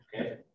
Okay